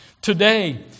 Today